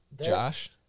Josh